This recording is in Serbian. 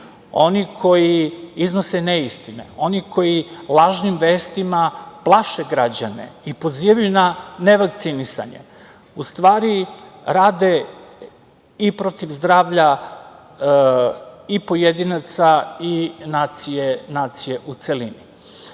oni koji iznose neistine, oni koji lažnim vestima plaše građane i pozivaju na nevakcinisanje u stvari rade i protiv zdravlja i pojedinaca i nacije u celini. Čujem